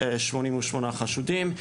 488 חשודים,